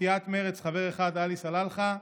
סיעת מרצ, חבר אחד, עלי סלאלחה,